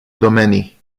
domenii